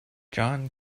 john